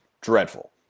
dreadful